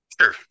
Sure